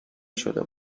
شده